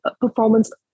performance